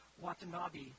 Watanabe